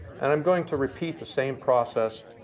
and i'm going to repeat the same process,